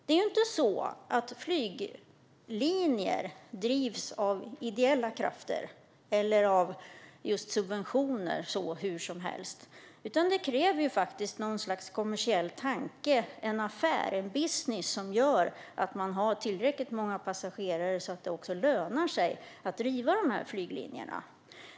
Det är ju inte så att flyglinjer drivs av ideella krafter eller av subventioner hur som helst, utan det krävs någon sorts kommersiell tanke - en affär, en business - som gör att man har tillräckligt många passagerare så att det lönar sig att driva de här flyglinjerna.